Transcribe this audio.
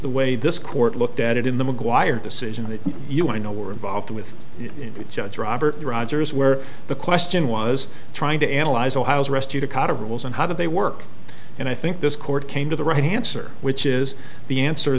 the way this court looked at it in the mcguire decision that you want to know were involved with judge robert rogers where the question was trying to analyze ohio's rescue to kind of rules and how they work and i think this court came to the right answer which is the answer